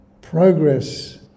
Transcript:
progress